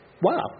Wow